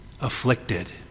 afflicted